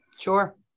sure